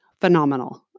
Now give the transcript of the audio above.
phenomenal